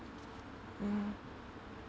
mm